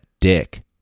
dick